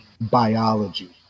biology